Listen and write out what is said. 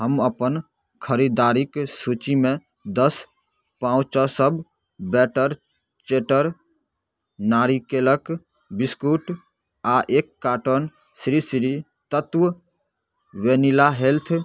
हम अपन खरीददारीके सूचीमे दश पाउच सभ बैटर चैटर नारिकेलक बिस्कुट आ एक carton Shri Shri Tattva vanilla health